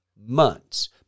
months